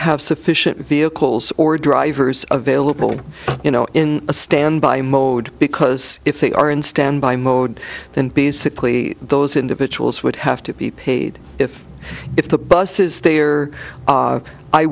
have sufficient vehicles or drivers available you know in a standby mode because if they are in standby mode then basically those individuals would have to be paid if if the buses the